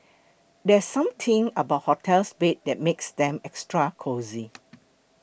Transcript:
there's something about hotel beds that makes them extra cosy